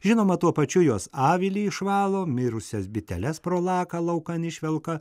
žinoma tuo pačiu jos avilį išvalo mirusias biteles pro laką laukan išvelka